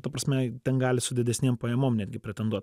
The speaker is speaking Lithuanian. ta prasme ten gali su didesnėm pajamom netgi pretenduot